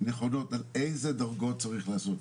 נכונות על איזה דרגות צריך לעשות.